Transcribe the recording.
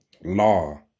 law